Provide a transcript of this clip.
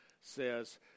says